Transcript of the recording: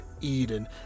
Eden